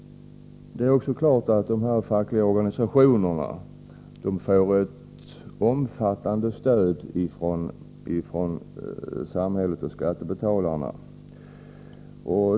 Det är också klart att de fackliga organisationerna får ett omfattande stöd från samhället och skattebetalarna.